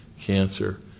cancer